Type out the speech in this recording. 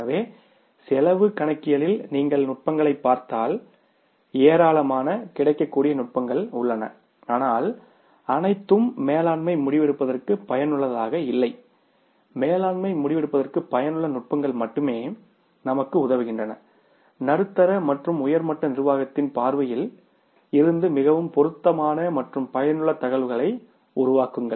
எனவே செலவு கணக்கியலில் நீங்கள் நுட்பங்களைப் பார்த்தால் ஏராளமான கிடைக்கக்கூடிய நுட்பங்கள் உள்ளன ஆனால் அனைத்தும் மேலாண்மை முடிவெடுப்பதற்கு பயனுள்ளதாக இல்லை மேலாண்மை முடிவெடுப்பதற்கு பயனுள்ள நுட்பங்கள் மட்டுமே நமக்கு உதவுகின்றன நடுத்தர மற்றும் உயர் மட்ட நிர்வாகத்தின் பார்வையில் இருந்து மிகவும் பொருத்தமான மற்றும் பயனுள்ள தகவல்களை உருவாக்குங்கள்